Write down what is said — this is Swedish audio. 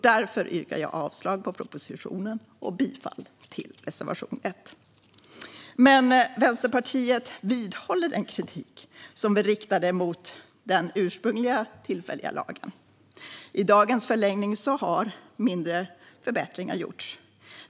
Därför yrkar jag avslag på propositionen och bifall till reservation 1. Vänsterpartiet vidhåller den kritik vi riktade mot den ursprungliga tillfälliga lagen. I dagens förlängning har mindre förbättringar gjorts.